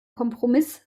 kompromiss